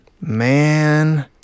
man